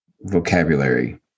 vocabulary